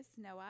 Noah